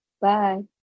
Bye